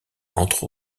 entre